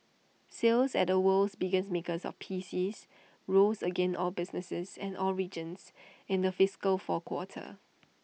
sales at the world's biggest maker of PCs rose again all businesses and all regions in the fiscal four quarter